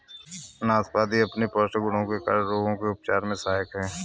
नाशपाती अपने पौष्टिक गुणों के कारण रोगों के उपचार में सहायक है